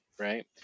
Right